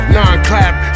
Non-clap